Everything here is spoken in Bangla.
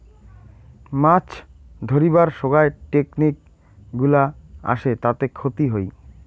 মাছ ধরিবার সোগায় টেকনিক গুলা আসে তাতে ক্ষতি হই